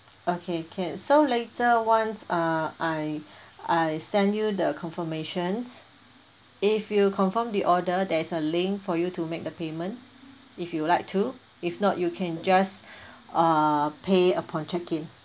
okay can so later once uh I I send you the confirmations if you confirm the order there is a link for you to make the payment if you would like to if not you can just uh pay upon check in